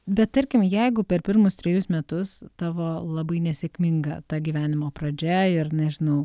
bet tarkim jeigu per pirmus trejus metus tavo labai nesėkminga ta gyvenimo pradžia ir nežinau